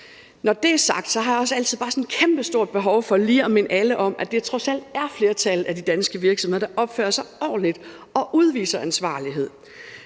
Når det er sagt, har jeg altså også bare et kæmpestort behov for lige at minde alle om, at det trods alt er et flertal af danske virksomheder, der opfører sig ordentligt og udviser ansvarlighed.